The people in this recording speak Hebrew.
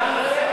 הנחיה נוספת.